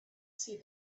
see